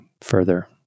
further